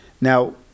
now